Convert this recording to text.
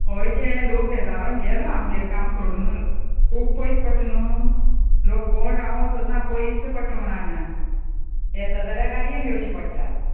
हय गे लोक बेजारोन गेलो आमगेर काम सोडुनूच खूब पयस पडटा न्हू लोक कोण रावों सोदना पयस पडटा म्हूण हांगा येत जाल्यार गाडयेन येवचें पडटा